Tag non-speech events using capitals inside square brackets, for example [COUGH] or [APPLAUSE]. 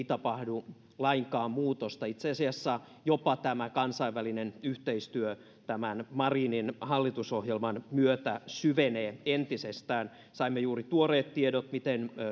[UNINTELLIGIBLE] tapahdu lainkaan muutosta itse asiassa jopa kansainvälinen yhteistyö tämän marinin hallitusohjelman myötä syvenee entisestään saimme juuri tuoreet tiedot miten